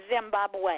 Zimbabwe